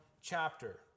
chapter